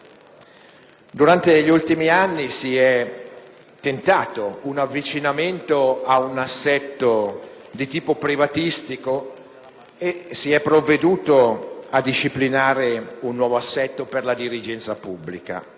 Durante gli ultimi anni si è tentato un avvicinamento ad un assetto di tipo privatistico e si è provveduto a disciplinare un nuovo assetto per la dirigenza pubblica.